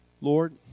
Lord